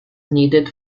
needed